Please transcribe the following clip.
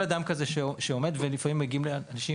לפעמים מגיעים אלי אנשים